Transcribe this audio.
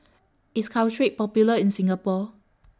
IS Caltrate Popular in Singapore